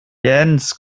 jens